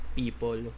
people